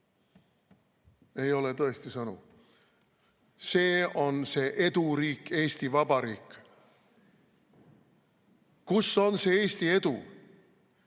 Ei ole tõesti sõnu. See on see eduriik Eesti Vabariik! Kus on see Eesti edu,